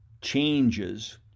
changes